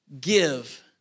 give